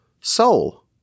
soul